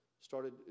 started